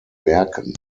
werken